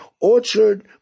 orchard